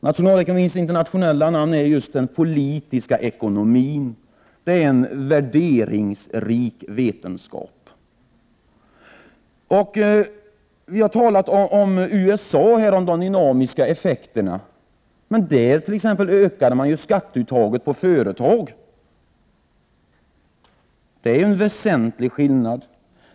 Nationalekonomins internationella namn är just politisk ekonomi — det är en värderingsrik vetenskap. Vi har här talat om de dynamiska effekterna i USA. Men där ökade man ju skatteuttaget på företag! Det är en väsentlig skillnad.